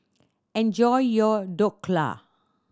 enjoy your Dhokla